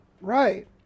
Right